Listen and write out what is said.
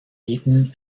eton